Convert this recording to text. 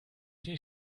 die